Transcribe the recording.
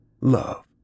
Love